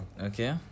Okay